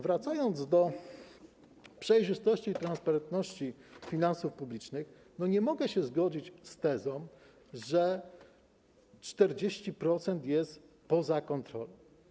Wracając do przejrzystości, transparentności finansów publicznych, nie mogę się zgodzić z tezą, że 40% jest poza kontrolą.